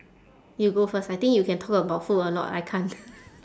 you go first I think you can talk about food a lot I can't